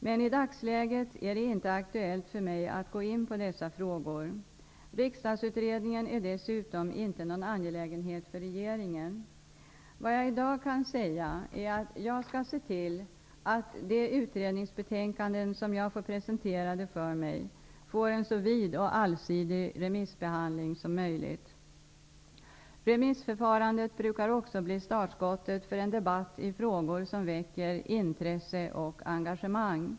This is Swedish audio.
Men i dagsläget är det inte aktuellt för mig att gå in på dessa frågor; Riksdagsutredningen är dessutom inte någon angelägenhet för regeringen. Vad jag i dag kan säga är att jag skall se till att de utredningsbetänkanden som jag får presenterade för mig får en så vid och allsidig remissbehandling som möjligt. Remissförfarandet brukar också bli startskottet för en debatt i frågor som väcker intresse och engagemang.